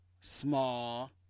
small